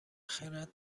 خرد